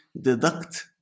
deduct